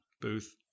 booth